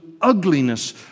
ugliness